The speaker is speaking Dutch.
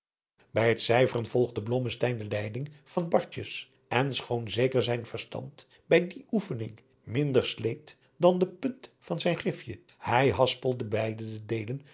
bij het cijferen volgde blommensteyn de leiding van bartjes en schoon zeker zijn verstand bij die oefening minder sleet dan de punt van zijn grifje hij haspelde beide de